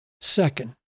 Second